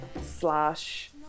slash